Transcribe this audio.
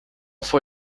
for